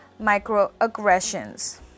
microaggressions